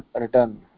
return